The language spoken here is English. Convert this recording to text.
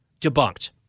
debunked